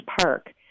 park